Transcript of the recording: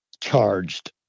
charged